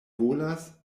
volas